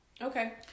Okay